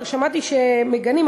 כבר שמעתי שמגנים,